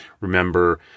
remember